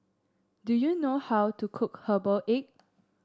do you know how to cook Herbal Egg